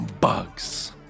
bugs